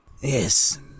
Yes